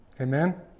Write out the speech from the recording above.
Amen